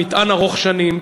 מטען ארוך-שנים,